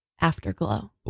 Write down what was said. Afterglow